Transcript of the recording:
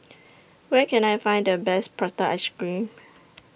Where Can I Find The Best Prata Ice Cream